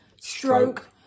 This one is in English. stroke